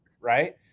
Right